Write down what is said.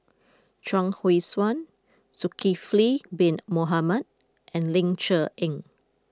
Chuang Hui Tsuan Zulkifli Bin Mohamed and Ling Cher Eng